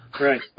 Right